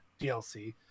DLC